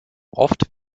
oft